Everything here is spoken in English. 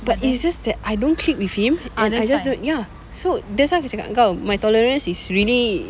but it's just that I don't click with him and I just don't ya so that's why aku cakap dengan kau my tolerance is really